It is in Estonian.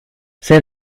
see